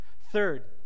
Third